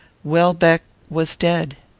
welbeck was dead.